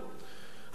אני רוצה לסיים.